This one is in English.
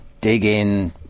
dig-in